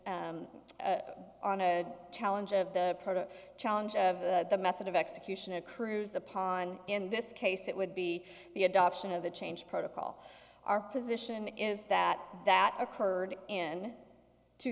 sions on a challenge of the challenge of the method of execution of cruise upon in this case it would be the adoption of the change protocol our position is that that occurred in two